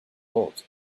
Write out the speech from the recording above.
old